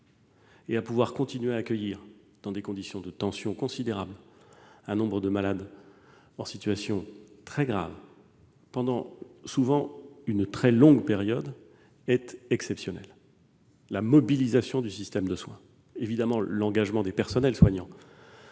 tout en continuant d'accueillir, dans des conditions de tension considérable, un nombre de malades en situation grave, souvent pendant une très longue période. C'est exceptionnel. La mobilisation du système de soins, c'est bien évidemment l'engagement des personnels soignants,